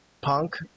punk